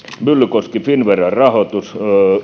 myllykoski finnveran rahoitus